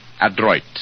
adroit